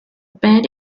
band